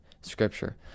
scripture